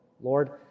Lord